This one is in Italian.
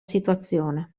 situazione